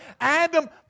Adam